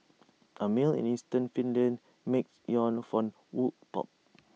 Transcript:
A mill in eastern Finland makes yarn from wood pulp